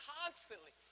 constantly